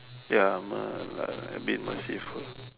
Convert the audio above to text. ya I'm a a bit merciful